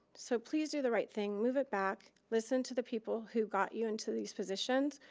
so please do the right thing. move it back. listen to the people who got you into these positions.